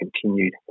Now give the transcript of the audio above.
continued